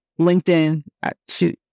LinkedIn